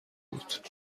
بود